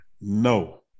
No